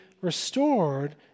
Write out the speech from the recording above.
restored